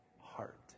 heart